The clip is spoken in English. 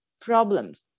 problems